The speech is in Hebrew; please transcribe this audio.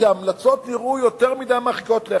כי ההמלצות נראו יותר מדי מרחיקות לכת.